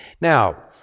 now